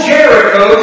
Jericho